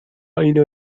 اینو